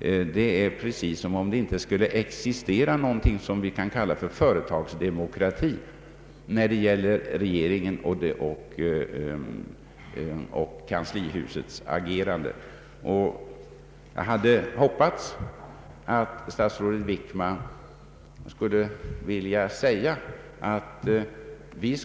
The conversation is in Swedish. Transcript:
Det är precis som om det inte skulle existera någonting som vi kan kalla företagsdemokrati när det gäller kanslihusets agerande. Jag hade hoppats att statsrådet Wickman skulle vilja säga att vi